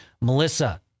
Melissa